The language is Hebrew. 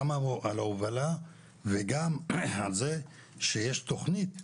גם על ההובלה וגם על זה שיש תוכנית,